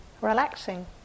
relaxing